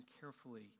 carefully